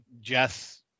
Jess